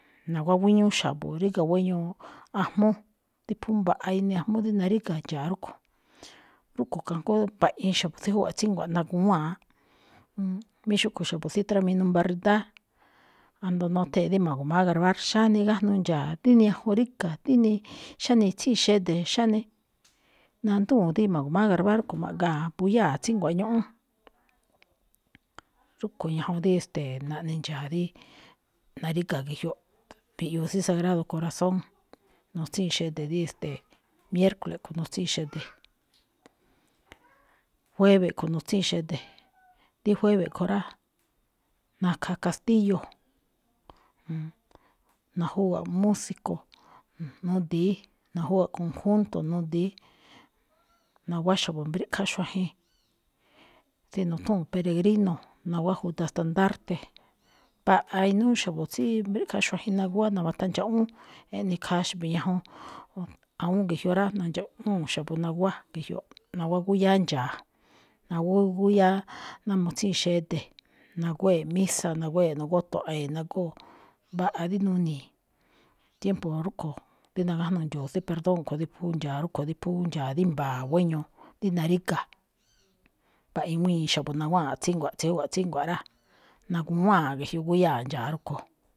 Naguwá guíñúú xa̱bo̱, ríga̱ guéño ajmúú, dí phu mbaꞌa inii ajmúú rí naríga̱ ndxa̱a̱ rúꞌkho̱. Rúꞌkho̱ mbaꞌiin xa̱bo̱ tsí júwa̱ꞌ tsíngua̱ꞌ naguwáanꞌ. Mí xúꞌkhue̱n xa̱bo̱ tsí trámii n baa rídáá, ando nothee̱n rí ma̱gu̱máá grabar xáne gájnuu ndxa̱a̱, díni ñajuun ríga̱, díni xáne iꞌtsín xede̱, xáne. nandúu̱n dí ma̱gu̱máá grabar rúꞌkho̱ ma̱ꞌgaa̱ mbuyáa̱ tsíngua̱ꞌ ñúꞌún. rúꞌkho̱ ñajuun dí, e̱ste̱e̱, naꞌne ndxa̱a̱ dí naríga̱ ge̱jyoꞌ, mbiꞌyuu tsí sagrado corazón, nutsíin xede̱ dí, e̱ste̱e̱, miércole kho̱ nutsíin xede̱, jueve kho̱ nitsíin xede̱. Dí jueve kho rá, nakha castillo, najúwa̱ꞌ músico nudi̱í, najúwa̱ꞌ conjunto nudi̱í. naguwá xa̱bo̱ mbríkhá xuajen, tsí nuthúu̱n peregrino naguwá juda standarte. mbaꞌa inúú xa̱bo̱ tsí mbríꞌkhá xuajen naguwá nawatandxaꞌwúún eꞌne khaa xa̱bo̱ ñajun. Awúún ge̱jyoꞌ rá, nandxaꞌwúu̱n xa̱bo̱ naguwá ge̱jyoꞌ, naguwá gúyáá ndxa̱a̱, naguwá gúyáá náa mutsíin xede̱, naguwée̱ꞌ misa naguwée̱ꞌ, noguátua̱ꞌe̱e̱n, nagóo̱, mbaꞌa dí nuni̱i̱. tiempo rúꞌkho̱ dí nagájnuu ndxo̱o̱ tsí perdón kho̱ dí phú ndxa̱a̱ rúꞌkho̱ dí phú ndxa̱a̱ rí mba̱a̱ guéñoꞌ, rí naríga̱. mbaꞌiin guéño xa̱bo̱ naguwáanꞌ tsíngua̱ꞌ. Tsí júwa̱ꞌ tsíngua̱ꞌ rá, naguwáanꞌ ge̱jyoꞌ gúyáa̱ ndxa̱a̱ rúꞌkho̱.